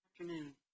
afternoon